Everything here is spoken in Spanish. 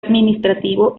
administrativo